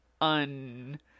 un